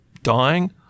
dying